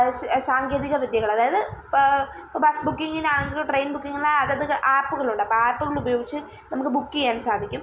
സാങ്കേതിക വിദ്യകൾ അതായത് ഇപ്പം ബസ്സ് ബുക്കിങ്ങിനാണെങ്കിലും ട്രെയിൻ ബുക്കിങ്ങിനും അതത് ആപ്പുകളുണ്ട് അപ്പം ആപ്പുകളുപയോഗിച്ച് നമുക്ക് ബുക്ക് ചെയ്യാൻ സാധിക്കും